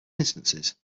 instances